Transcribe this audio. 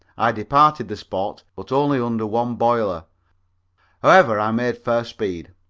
i departed the spot, but only under one boiler however, i made fair speed.